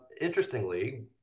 interestingly